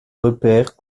repères